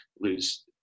lose –